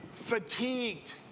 fatigued